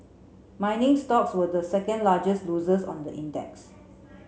mining stocks were the second largest losers on the index